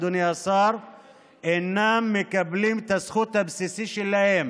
אדוני השר, אינם מקבלים את הזכות הבסיסית שלהם